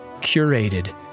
curated